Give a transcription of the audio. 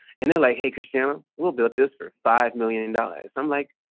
and they're like, hey, christian, um we'll build this for five million and dollars. i'm like,